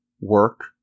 work